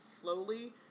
slowly